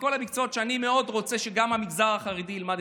כל המקצועות שאני מאוד רוצה שגם המגזר החרדי ילמד,